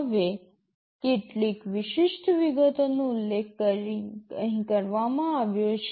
હવે કેટલીક વિશિષ્ટ વિગતોનો ઉલ્લેખ અહીં કરવામાં આવ્યો છે